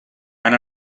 han